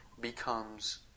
becomes